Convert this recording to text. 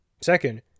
Second